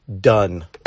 done